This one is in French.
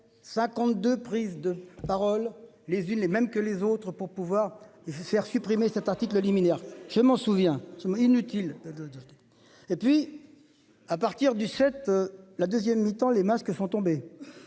52 prises de parole, les unes, les mêmes que les autres pour pouvoir. Faire supprimer cet article liminaire, je m'en souviens. Inutile de de. Et puis. À partir du 7 la 2ème mi-temps, les masques sont tombés.